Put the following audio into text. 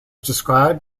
described